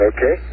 Okay